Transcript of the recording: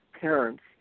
parents